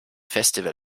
festival